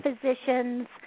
physicians